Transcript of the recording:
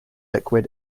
liquid